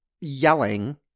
yelling